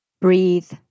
breathe